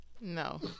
no